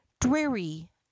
dreary